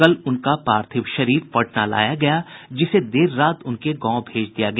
कल उनका पार्थिव शरीर पटना लाया गया जिसे देर रात उनके गांव भेज दिया गया